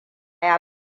ya